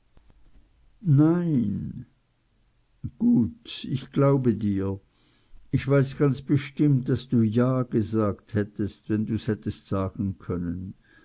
nein gut ich glaube dir ich weiß ganz bestimmt daß du ja gesagt hättest wenn du's hättest sagen können